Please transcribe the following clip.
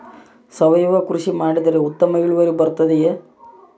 ಸಾವಯುವ ಕೃಷಿ ಮಾಡಿದರೆ ಉತ್ತಮ ಇಳುವರಿ ಬರುತ್ತದೆಯೇ?